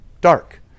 dark